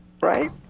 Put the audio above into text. Right